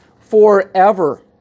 forever